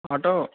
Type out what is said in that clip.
auto